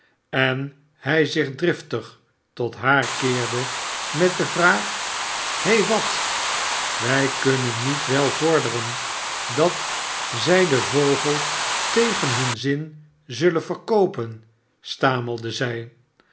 en hij zich driftig tot haar keerde met de f he w at wij kunnen niet wel vorderen dat zij den vogel tegen hun z in zullen verkoopen stamelde zij